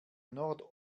nord